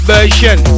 Version